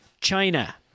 China